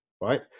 right